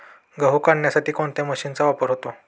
गहू काढण्यासाठी कोणत्या मशीनचा वापर होतो?